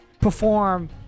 perform